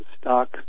stock